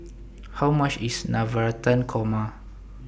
How much IS Navratan Korma